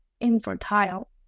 infertile